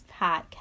podcast